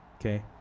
okay